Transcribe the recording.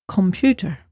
Computer